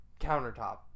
countertop